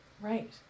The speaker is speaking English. Right